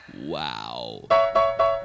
Wow